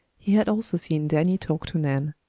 he had also seen danny talk to nan.